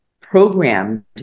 programmed